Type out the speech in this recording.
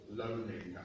loaning